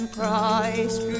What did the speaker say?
Christ